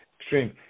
extreme